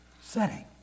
setting